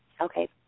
Okay